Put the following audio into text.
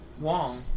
Wong